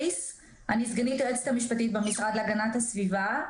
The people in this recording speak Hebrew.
סגנית היועצת המשפטית במשרד להגנת הסביבה,